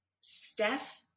Steph